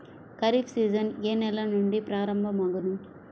Kharif season ఏ నెల నుండి ప్రారంభం అగును?